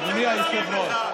אני רוצה להזכיר לך,